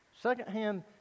Secondhand